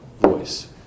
voice